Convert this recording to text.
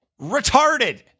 Retarded